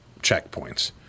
checkpoints